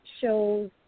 shows